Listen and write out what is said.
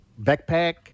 backpack